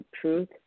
truth